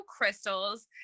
crystals